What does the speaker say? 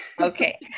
Okay